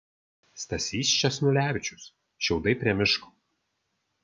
stasys sčesnulevičius šiaudai prie miško